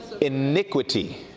Iniquity